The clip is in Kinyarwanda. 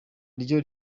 ryo